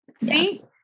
See